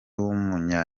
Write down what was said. w’umunya